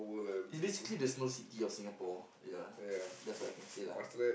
it's basically the Snow-City of Singapore ya that's what I can say lah